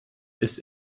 ist